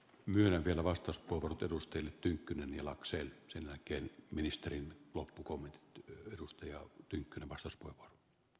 myöhempien vastus puhunut edustaja tynkkynen jalakseen sen jälkeen ministerin loppukommentin tyttö edustajaa arvoisa puhemies